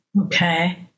Okay